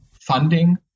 funding